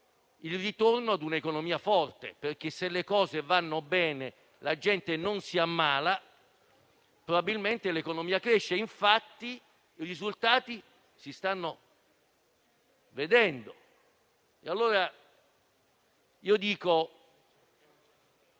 il ritorno a un'economia forte. Se le cose vanno bene, infatti, la gente non si ammala e probabilmente l'economia cresce. E i risultati si stanno vedendo.